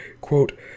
Quote